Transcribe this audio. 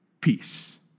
peace